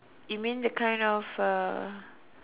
you mean the kind of uh